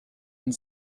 and